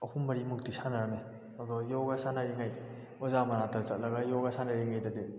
ꯑꯍꯨꯝ ꯃꯔꯤꯃꯨꯛꯇꯤ ꯁꯥꯟꯅꯔꯝꯃꯦ ꯑꯗꯣ ꯌꯣꯒ ꯁꯥꯟꯅꯔꯤꯉꯩ ꯑꯣꯖꯥ ꯃꯅꯥꯛꯇ ꯆꯠꯂꯒ ꯌꯣꯒ ꯁꯥꯟꯅꯔꯤꯉꯩꯗꯗꯤ